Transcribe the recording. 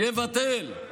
יבטל,